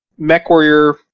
MechWarrior